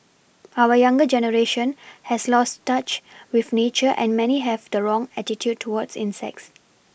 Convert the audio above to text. our younger generation has lost touch with nature and many have the wrong attitude towards insects